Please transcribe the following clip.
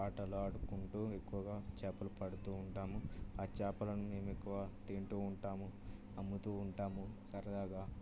ఆటలు ఆడుకుంటూ ఎక్కువగా చేపలు పడుతూ ఉంటాము ఆ చేపలన్నీ మేము ఎక్కువగా తింటూ ఉంటాము అమ్ముతూ ఉంటాము సరదాగా